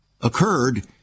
occurred